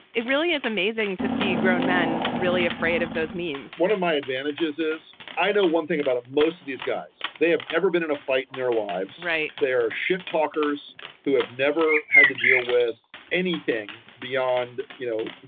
it really is amazing to see grown men really afraid of those means one of my advantages is i know one thing about most of these guys. they have never been in a fight in their lives. right. they are shit talkers who have never had to deal with anything beyond, you know,